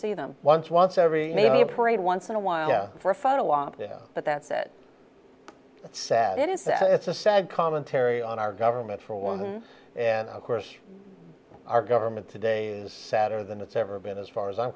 see them once once every maybe prayed once in a while for a photo op but that's it sad it is so it's a sad commentary on our government for one and of course our government today is sattar than it's ever been as far as i'm